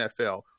NFL